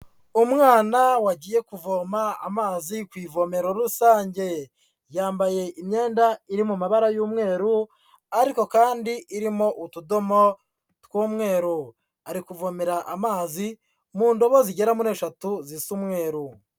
Umwana wagiye kuvoma amazi ku ivomero rusange, yambaye imyenda iri mu mabara y'umweru ariko kandi irimo utudomo tw'umweru, ari kuvomera amazi mu ndobo zigera muri eshatu zisa umweru.